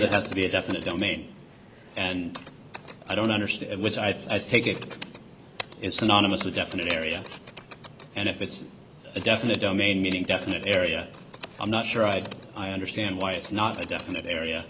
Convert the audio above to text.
that has to be a definite domain and i don't understand which i think it is synonymous with definite area and if it's a definite domain meaning definite area i'm not sure i'd i understand why it's not a definite area